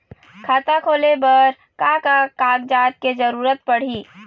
खाता खोले बर का का कागजात के जरूरत पड़ही?